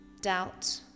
doubt